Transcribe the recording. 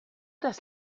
das